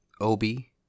Obi